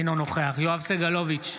אינו נוכח יואב סגלוביץ'